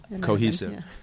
Cohesive